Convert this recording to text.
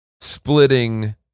splitting